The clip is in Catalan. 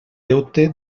deute